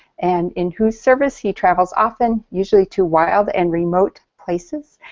and in whose service he travels often, usually to wild and remote places.